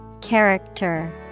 Character